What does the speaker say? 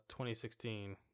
2016